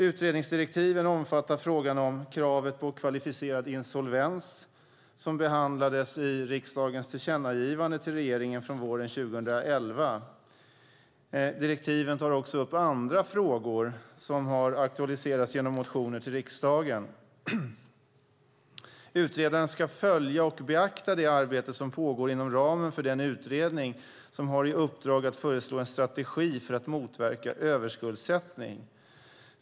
Utredningsdirektiven omfattar frågan om kravet på kvalificerad insolvens som behandlades i riksdagens tillkännagivande till regeringen från våren 2011. Direktiven tar också upp andra frågor som har aktualiserats genom motioner till riksdagen. Utredaren ska följa och beakta det arbete som pågår inom ramen för den utredning som har i uppdrag att föreslå en strategi för att motverka överskuldsättning.